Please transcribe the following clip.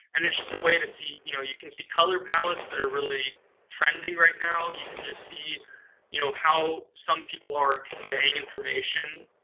and it's just a way to see. you know, you can see color palettes that are really trending right now. you can just see you know how some people are conveying information.